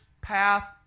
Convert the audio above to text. path